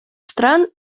стран